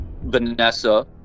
vanessa